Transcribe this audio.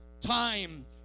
time